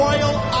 Royal